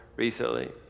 recently